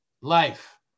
life